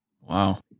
Wow